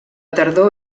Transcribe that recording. tardor